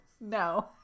No